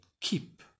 keep